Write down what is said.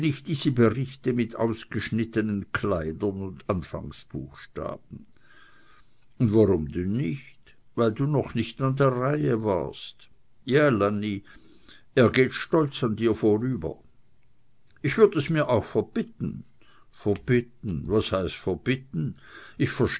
diese berichte mit ausgeschnittenen kleidern und anfangsbuchstaben und warum nicht weil du noch nicht an der reihe warst ja lanni er geht stolz an dir vorüber ich würd es mir auch verbitten verbitten was heißt verbitten